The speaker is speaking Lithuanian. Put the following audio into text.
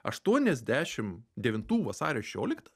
aštuoniasdešim devintų vasario šešioliktą